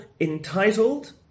entitled